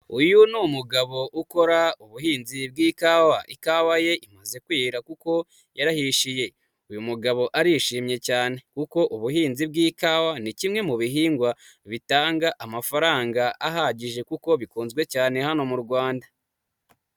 Uyu ni umugabo ukora ubuhinzi bw'ikawa, ikawa ye imaze kwera kuko yarahishiye. Uwo mugabo arishimye cyane kuko ubuhinzi bw'ikawa ni kimwe mu bihingwa bitanga amafaranga ahagije kuko bikunzwe cyane hano mu Rwanda.